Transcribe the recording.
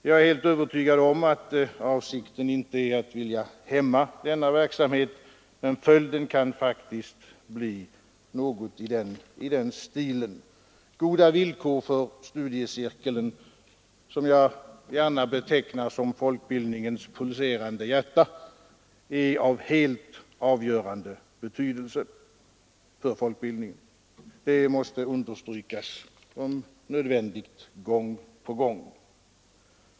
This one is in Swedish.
Jag är helt övertygad om att avsikten inte är att hämma denna verksamhet, men följden kan faktiskt bli något i den vägen. Goda villkor för studiecirkeln, som jag gärna betecknar som folkbildningens pulserande hjärta, är av helt avgörande betydelse för folkbildningen. Det måste, om så krävs, understrykas gång på gång.